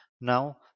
now